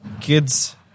kids